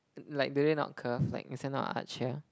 like they really not curve like this one not a arch here